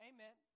Amen